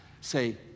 Say